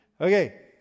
Okay